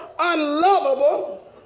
Unlovable